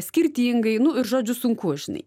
skirtingai nu ir žodžių sunku žinai